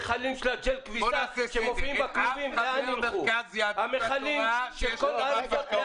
מוצא את עצמי הולך לסופרמרקט כל כך הרבה וכנראה אזרוק את זה לזבל,